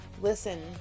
Listen